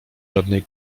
żadnej